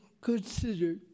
consider